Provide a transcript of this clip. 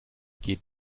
geht